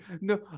no